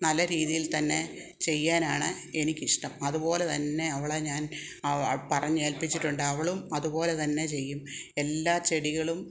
നല്ല രീതിയിൽ തന്നെ ചെയ്യാനാണ് എനിക്കിഷ്ടം അതുപോലെതന്നെ അവളെ ഞാൻ പറഞ്ഞ് ഏൽപ്പിച്ചിട്ടുണ്ട് അവളും അതുപോലെ തന്നെ ചെയ്യും എല്ലാ ചെടികളും